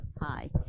hi